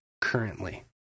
currently